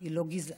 היא לא גזענית.